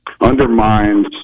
undermines